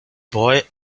boy